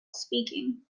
speaking